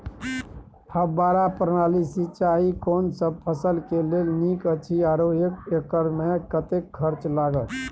फब्बारा प्रणाली सिंचाई कोनसब फसल के लेल नीक अछि आरो एक एकर मे कतेक खर्च लागत?